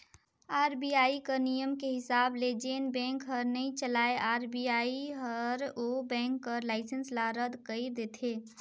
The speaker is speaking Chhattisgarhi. आर.बी.आई कर नियम के हिसाब ले जेन बेंक हर नइ चलय आर.बी.आई हर ओ बेंक कर लाइसेंस ल रद कइर देथे